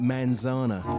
Manzana